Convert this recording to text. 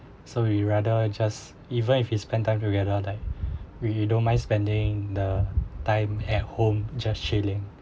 so we rather just even if he spend time together like we don't mind spending the time at home just chilling